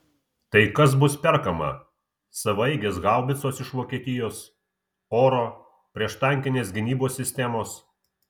tai kas bus perkama savaeigės haubicos iš vokietijos oro prieštankinės gynybos sistemos